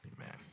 Amen